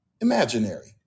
Imaginary